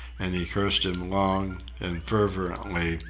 and he cursed him long and fervently,